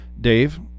Dave